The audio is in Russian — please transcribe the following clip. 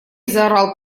заорал